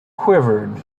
quivered